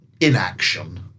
inaction